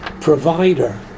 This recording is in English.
provider